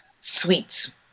sweet